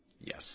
Yes